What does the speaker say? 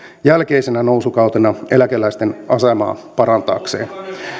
jälkeisenä nousukautena eläkeläisten asemaa parantaakseen